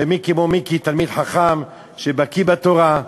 ומי כמו מיקי תלמיד חכם שבקי תורה,